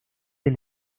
del